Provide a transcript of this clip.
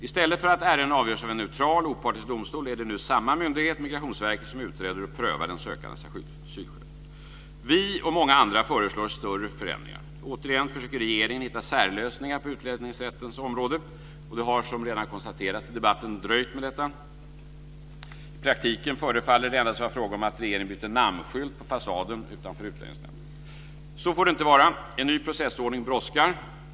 I stället för att ärendet avgörs av en neutral och opartisk domstol är det nu samma myndighet, Migrationsverket, som utreder och prövar den sökandes asylskäl. Vi och många andra föreslår större förändringar. Återigen försöker regeringen hitta särlösningar på utlänningsrättens område. Det har som redan konstaterats i debatten dröjt med detta. I praktiken förefaller det endast vara fråga om att regeringen byter namnskylt på fasaden utanför Utlänningsnämnden. Så får det inte vara. En ny processordning brådskar.